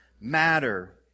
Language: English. matter